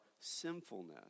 sinfulness